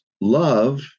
love